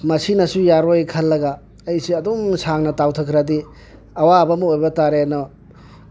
ꯃꯁꯤꯅꯁꯨ ꯌꯥꯔꯣꯏ ꯈꯜꯂꯒ ꯑꯩꯁꯦ ꯑꯗꯨꯝ ꯁꯥꯡꯅ ꯇꯥꯎꯊꯈ꯭ꯔꯗꯤ ꯑꯋꯥꯕ ꯑꯃ ꯑꯣꯏꯕ ꯇꯔꯦꯅ